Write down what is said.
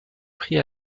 prit